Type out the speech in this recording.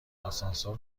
آسانسور